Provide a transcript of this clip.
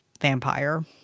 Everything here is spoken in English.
vampire